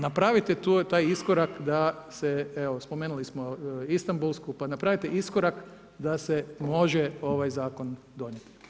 Napravite taj iskorak, evo spomenuli smo Istanbulsku pa napravite iskorak da se može ovaj zakon donijeti.